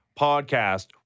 podcast